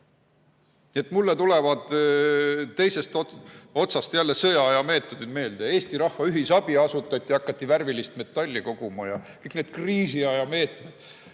Mulle tulevad teisest otsast jälle sõjaaja meetodid meelde. Eesti Rahva Ühisabi asutati, hakati värvilist metalli koguma. Kõik need kriisiaja meetmed.